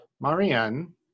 Marianne